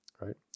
right